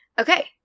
Okay